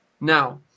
Now